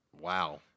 Wow